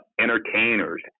entertainers